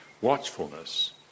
watchfulness